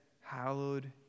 hallowed